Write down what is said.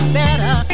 better